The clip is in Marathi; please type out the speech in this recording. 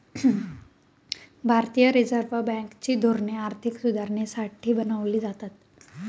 भारतीय रिझर्व बँक ची धोरणे आर्थिक सुधारणेसाठी बनवली जातात